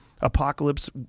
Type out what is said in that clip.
apocalypse